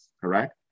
correct